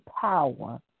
power